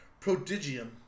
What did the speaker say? Prodigium